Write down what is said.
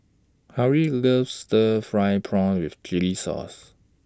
Halie loves Stir Fried Prawn with Chili Sauce